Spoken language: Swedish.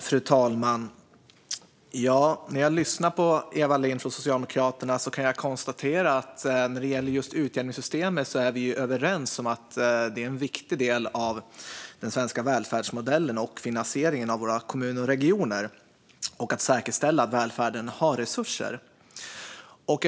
Fru talman! När jag lyssnar på Eva Lindh från Socialdemokraterna kan jag konstatera att vi är överens om att utjämningssystemet är en viktig del av den svenska välfärdsmodellen, det vill säga finansieringen av våra kommuner och regioner och att säkerställa att det finns resurser till välfärden.